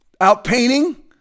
Outpainting